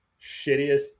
shittiest